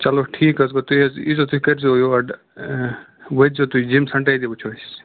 چلو ٹھیٖک حظ گوٚو تُہۍ حظ ییٖزیٚو تُہۍ کٔرۍزیٚو یور وٲتۍزیٚو تُہۍ جِم سیٚنٹَر أتی وُچھو أسۍ